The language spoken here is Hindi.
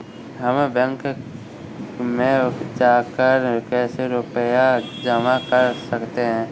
हम बैंक में जाकर कैसे रुपया जमा कर सकते हैं?